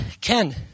Ken